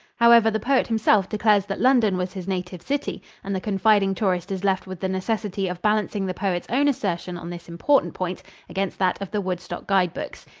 however, the poet himself declares that london was his native city and the confiding tourist is left with the necessity of balancing the poet's own assertion on this important point against that of the woodstock guide books.